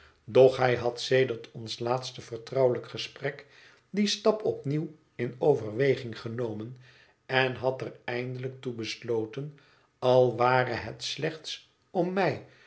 doch hij had sedert ons laatst vertrouwelijk gesprek dien stap opnieuw in overweging genomen en had er eindelijk toe besloten al ware het slechts om mij